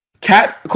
Cat